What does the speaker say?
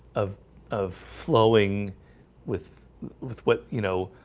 of of flowing with with what you know